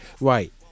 right